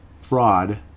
fraud